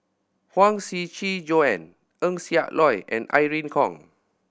Huang Shiqi Joan Eng Siak Loy and Irene Khong